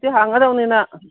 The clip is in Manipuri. ꯍꯧꯖꯤꯛꯇꯤ ꯍꯥꯡꯂꯗꯧꯅꯤꯅ